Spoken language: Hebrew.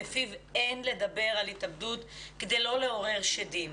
לפיו אין לדבר על התאבדות כדי לא לעורר שדים.